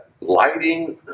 lighting